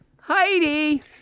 Heidi